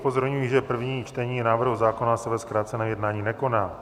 Upozorňuji, že první čtení návrhu zákona se ve zkráceném jednání nekoná.